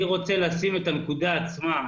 אני רוצה לשים את הנקודה עצמה,